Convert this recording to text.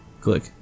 Click